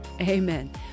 Amen